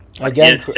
Again